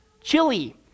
chili